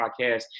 podcast